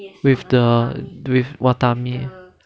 with the with watami